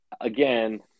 again